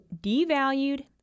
devalued